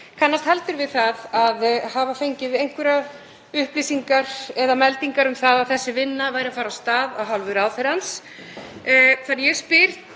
kannast heldur við það að hafa fengið einhverjar upplýsingar eða meldingar um að þessi vinna væri að fara af stað af hálfu ráðherrans. Ég spyr